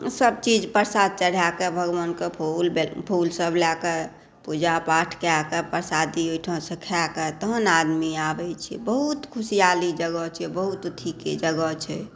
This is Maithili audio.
सभ चीज प्रसाद चढ़ाकए भगवानके फूल बेल फूलसभ लए कए पूजा पाठ कए कए प्रसादी ओहिठामसए खाकए तहन आदमी आबय छै बहुत खुशियाली जगह छै बहुत ठीके जगह छै